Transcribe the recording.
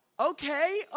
Okay